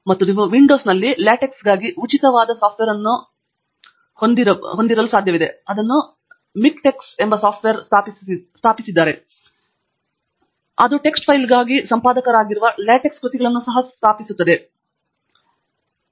ಮತ್ತು ನೀವು ವಿಂಡೋಸ್ನಲ್ಲಿ ಲಾಟೆಕ್ಸ್ಗಾಗಿ ಉಚಿತವಾದ ಸಾಫ್ಟ್ವೇರ್ ಅನ್ನು ಹೊಂದಿರುವ ಮಿಕ್ಟೆಕ್ಸ್ ಎಂಬ ಸಾಫ್ಟ್ವೇರ್ ಅನ್ನು ಸ್ಥಾಪಿಸಿದರೆ ಅದು ಟೆಕ್ಸ್ ಫೈಲ್ಗಳಿಗಾಗಿ ಸಂಪಾದಕರಾಗಿರುವ ಲಾಟೆಕ್ಸ್ ಕೃತಿಗಳನ್ನು ಸಹ ಸ್ಥಾಪಿಸುತ್ತದೆ ಮತ್ತು ಬಿಬ್ ಫೈಲ್ ಕಾಣುತ್ತದೆ ಟೆಕ್ಸ್ವರ್ಕ್ಸ್ನಲ್ಲಿ ಇದನ್ನು ಇಷ್ಟಪಡುತ್ತೀರಿ